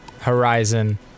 horizon